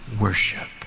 worship